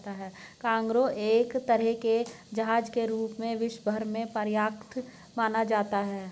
cargo एक तरह के जहाज के रूप में विश्व भर में प्रख्यात माना जाता है